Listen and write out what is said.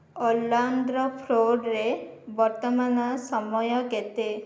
Orlando ଫ୍ଲୋର୍ରେ ବର୍ତ୍ତମାନ ସମୟ କେତେ